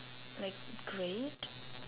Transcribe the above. like great